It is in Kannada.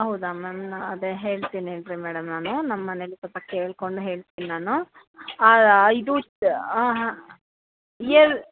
ಹೌದಾ ಮ್ಯಾಮ್ ಅದೇ ಹೇಳ್ತೀನಿ ಇರ್ರಿ ಮೇಡಮ್ ನಾನು ನಮ್ಮನೇಲಿ ಸ್ವಲ್ಪ ಕೇಳಿಕೊಂಡು ಹೇಳ್ತಿನಿ ನಾನು ಹಾಂ ಇದು ಹಾಂ ಹಾಂ ಹೇಳ್